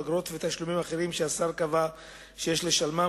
או אגרות ותשלומים אחרים שהשר קבע שיש לשלמם,